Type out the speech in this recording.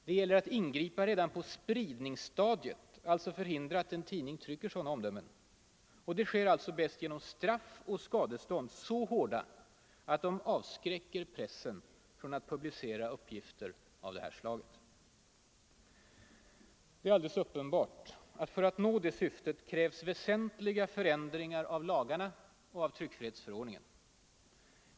Det gäller att ingripa redan på ”spridningsstadiet”, alltså förhindra att en tidning trycker sådana omdömen. Och det sker alltså bäst genom straff och skadestånd, så hårda att de avskräcker pressen från att publicera uppgifter av det här slaget. Det är alldeles uppenbart att för att nå det syftet krävs väsentliga förändringar av lagar och av tryckfrihetsförordningen.